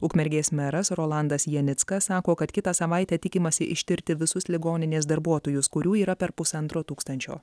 ukmergės meras rolandas janickas sako kad kitą savaitę tikimasi ištirti visus ligoninės darbuotojus kurių yra per pusantro tūkstančio